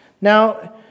Now